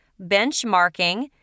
benchmarking